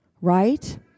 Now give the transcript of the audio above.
right